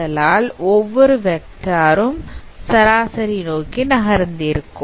ஆதலால் ஒவ்வொரு வெக்டார் ம் சராசரி நோக்கி நகர்ந்திருக்கும்